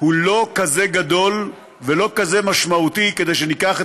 הוא לא כזה גדול ולא כזה משמעותי כדי שניקח את